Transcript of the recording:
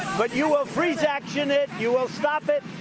but you will freeze-action it, you will stop it.